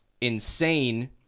insane